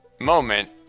moment